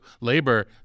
Labor